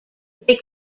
they